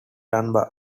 dunbar